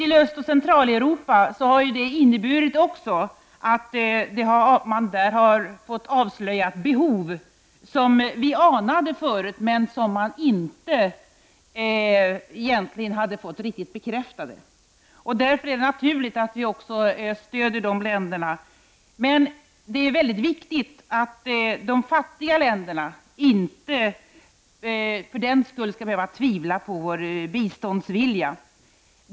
I Östoch Centraleuropa har denna utveckling inneburit att det där har avslöjats ett behov, som vi anade förut men som vi egentligen inte riktigt hade fått bekräftat. Därför är det naturligt att vi stödjer dessa länder. Det är dock väldigt viktigt att de fattiga länderna för den skull inte skall behöva tvivla på vår biståndsvilja.